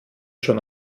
schon